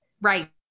right